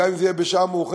וגם אם זה יהיה בשעה מאוחרת,